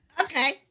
Okay